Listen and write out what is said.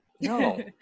No